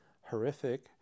horrific